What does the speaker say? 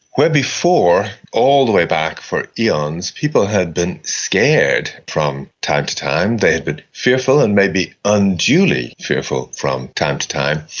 where before, all the way back for eons people had been scared from time to time, they had been fearful and maybe unduly fearful from time to time,